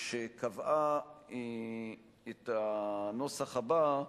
שקבעה את הנוסח הבא,